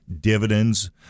dividends